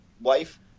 wife